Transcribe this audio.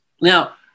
Now